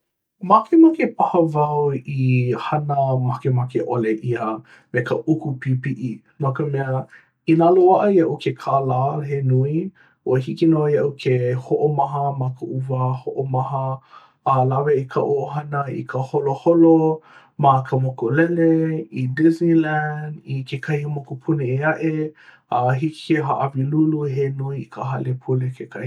Makemake paha wau i hana makemake ʻole ʻia me ka uku pīpiʻi. No ka mea inā loaʻa iaʻu ke kālā he nui ua hiki nō iaʻu ke hoʻomaha ma koʻu wā hoʻomaha a lawe i kaʻu ʻohana i ka holoholo ma ka mokulele, i Disneyland, i kekahi mokupuni ʻē aʻe. A hiki ke hāʻawi lūlū he nui i ka hale pule kekahi.